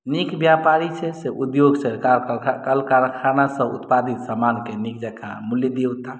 नीक व्यापारी छै से उद्योगसँ सरकार कल कारखानासँ उत्पादित सामानके नीक जकाँ मूल्य दियौताह